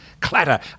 clatter